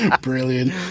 brilliant